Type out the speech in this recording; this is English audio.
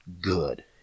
good